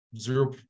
zero